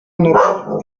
anotó